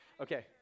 Okay